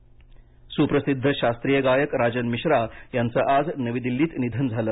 मिश्रा निधन सुप्रसिद्ध शास्त्रीय गायक राजन मिश्रा याचं आज नवी दिल्लीत निधन झालं